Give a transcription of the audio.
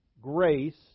grace